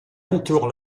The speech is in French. entoure